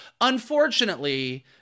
unfortunately